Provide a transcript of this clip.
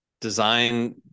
design